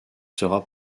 sera